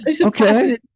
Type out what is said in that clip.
Okay